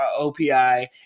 OPI